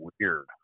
weird